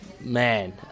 Man